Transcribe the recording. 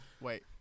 Wait